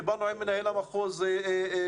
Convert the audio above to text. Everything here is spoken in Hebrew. דיברנו עם מנהל המחוז בדרום